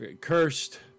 cursed